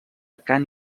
cant